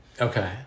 Okay